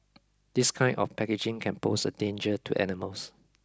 this kind of packaging can pose a danger to animals